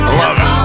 love